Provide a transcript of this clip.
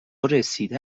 رسیده